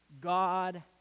God